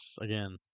again